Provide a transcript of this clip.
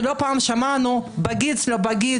ולא פעם שמענו: בגיץ לא בגיץ,